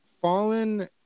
fallen